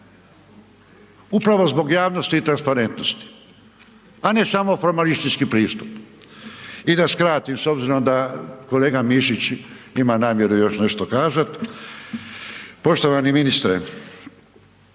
upravo zbog javnosti i transparentnosti, a ne samo formalistički pristup. I da skratim s obzirom da kolega Mišić ima namjeru još nešto kazat. Poštovani ministre,